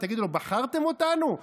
תגידו לו: בחרתם אותנו,